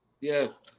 Yes